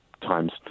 Times